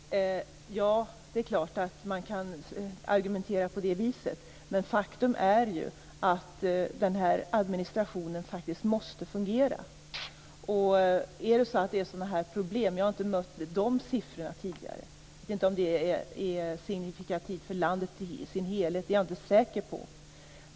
Herr talman! Ja, det är klart att man kan argumentera på det viset. Men faktum är att den här administrationen måste fungera. Det kan hända att det är sådana här problem, även om jag inte har mött just dessa siffror tidigare. Jag är inte säker på om de är signifikativa för landet i sin helhet.